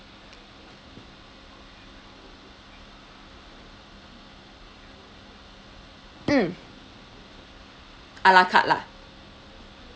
mm a la carte lah